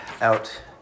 out